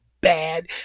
Bad